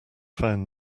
found